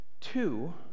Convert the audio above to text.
Two